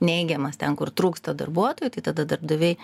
neigiamas ten kur trūksta darbuotojų tai tada darbdaviai